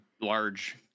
large